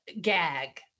gag